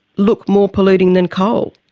look more polluting than coal.